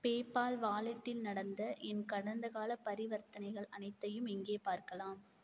PayPal வாலெட்டில் நடந்த என் கடந்தகாலப் பரிவர்த்தனைகள் அனைத்தையும் எங்கே பார்க்கலாம்